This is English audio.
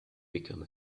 become